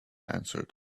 answered